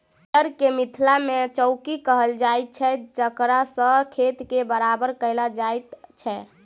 roller के मिथिला मे चौकी कहल जाइत छै जकरासँ खेत के बराबर कयल जाइत छै